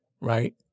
right